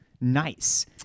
nice